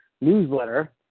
newsletter –